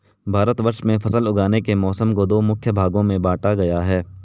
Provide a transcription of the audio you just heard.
भारतवर्ष में फसल उगाने के मौसम को दो मुख्य भागों में बांटा गया है